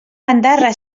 bandarra